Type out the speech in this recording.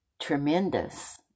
tremendous